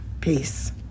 Peace